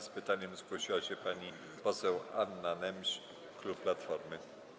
Z pytaniem zgłosiła się pani poseł Anna Nemś, klub Platformy.